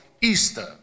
Easter